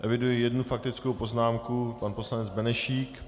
Eviduji jednu faktickou poznámku, pan poslanec Benešík.